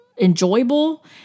enjoyable